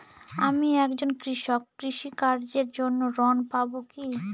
আমি একজন কৃষক কৃষি কার্যের জন্য ঋণ পাব কি?